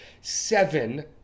Seven